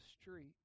street